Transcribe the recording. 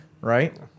right